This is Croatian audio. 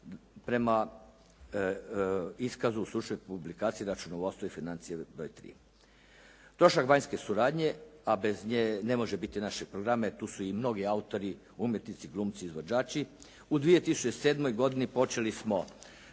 prema iskazu stručne publikacije, računovodstvo i financije broj 3. Trošak vanjske suradnje, a bez nje ne može biti naših programa, tu su i mnogi autori, umjetnici, glumci, izvođači. U 2007. godini počeli smo